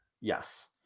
Yes